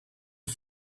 its